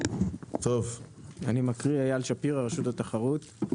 טוב, אני מקריא, אייל שפירא רשות התחרות.